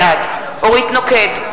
בעד אורית נוקד,